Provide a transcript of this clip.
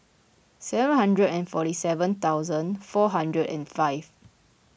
seven hundred and forty seven thousand four hundred and five